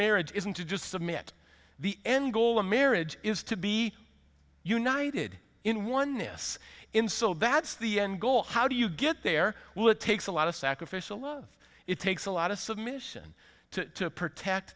marriage isn't it just submit the end goal of marriage is to be united in one this in so that's the end goal how do you get there well it takes a lot of sacrificial love it takes a lot of submission to protect